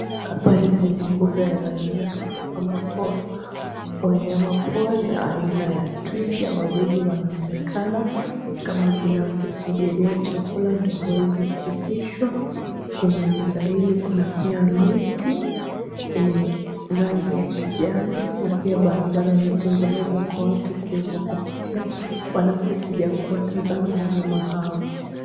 Hapa ni kwenye mbuga ya wanyama ambapo wanyama pori aina ya twiga wawili wanaonekana kama vile wakisubiria chakula ndio waeze kulishwa. Kwenye mbuga hili kuna pia miti, yenye rangi ya kijani na pia barabara imetengenezwa kwa watu kuweza kupitia wanapokuja kuwatazama wanyama hawa.